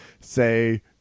say